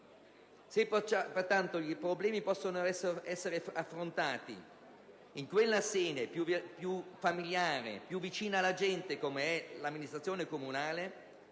Infatti, se i problemi possono essere affrontati in una sede più familiare e più vicina alla gente come è l'amministrazione comunale,